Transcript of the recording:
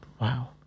wow